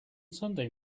sunday